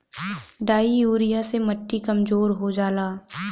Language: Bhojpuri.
डाइ यूरिया से मट्टी कमजोर हो जाला